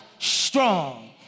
Strong